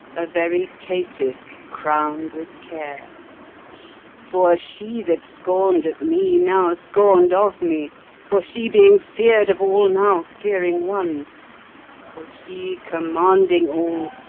a very caitiff crown'd with care for she that scorn'd at me, now scorn'd of me for she being fear'd of all, now fearing one for she commanding all,